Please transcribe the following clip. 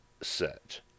set